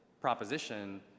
proposition